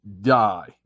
die